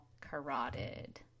carotid